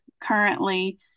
Currently